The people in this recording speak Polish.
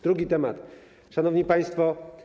Drugi temat, szanowni państwo.